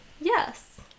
Yes